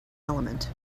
element